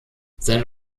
sein